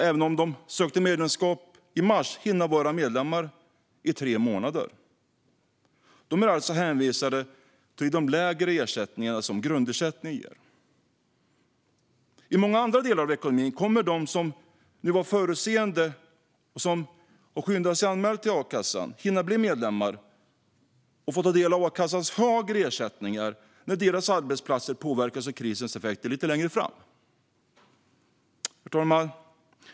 Även om de sökte medlemskap i mars kommer de inte hinna vara medlemmar i tre månader. De är alltså hänvisade till de lägre ersättningar som grundersättningen ger. I många andra delar av ekonomin kommer de som varit förutseende och skyndade sig att anmäla sig till a-kassan hinna bli medlemmar och få ta del av a-kassans högre ersättningar när deras arbetsplatser påverkas av krisens effekter lite längre fram. Herr talman!